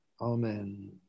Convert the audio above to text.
Amen